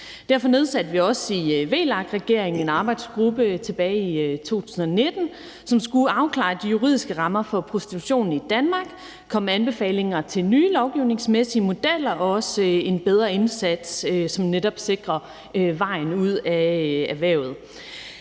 Derfor nedsatte vi også i VLAK-regeringen tilbage i 2019 en arbejdsgruppe, som skulle afklare de juridiske rammer for prostitution i Danmark og komme med anbefalinger til nye lovgivningsmæssige modeller og også en bedre indsats, som netop sikrer vejen ud af erhvervet.